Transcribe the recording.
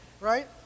right